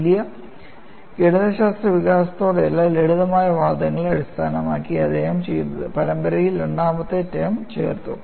വലിയ ഗണിതശാസ്ത്ര വികാസത്തോടല്ല ലളിതമായ വാദങ്ങളെ അടിസ്ഥാനമാക്കി അദ്ദേഹം ചെയ്തത് പരമ്പരയിൽ രണ്ടാമത്തെ ടേം ചേർത്തു